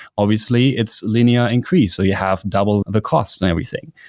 obviously it's linear increase, so you have double the cost and everything.